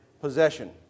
possession